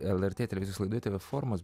lrt televizijos laida reformos